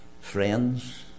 friends